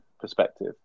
perspective